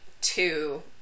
two